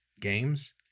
games